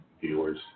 viewers